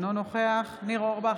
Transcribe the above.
אינו נכח ניר אורבך,